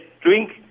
drink